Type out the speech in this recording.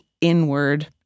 inward